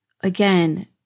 Again